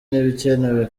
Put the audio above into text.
n’ibikenewe